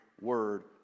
Word